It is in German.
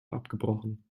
abgebrochen